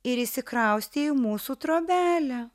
ir įsikraustė į mūsų trobelę